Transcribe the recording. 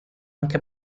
anche